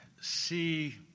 see